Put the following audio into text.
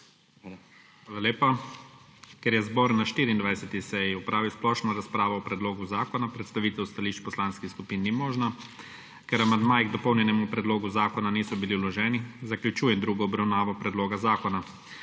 Hvala lepa. Ker je zbor na 24. seji opravil splošno razpravo o predlogu zakona, predstavitev stališč poslanskih skupin ni možna. Ker amandmaji k dopolnjenemu predlogu zakona niso bili vloženi, zaključujem drugo obravnavo predloga zakona.